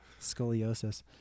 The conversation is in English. scoliosis